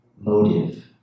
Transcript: motive